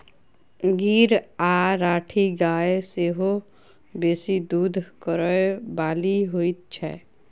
गीर आ राठी गाय सेहो बेसी दूध करय बाली होइत छै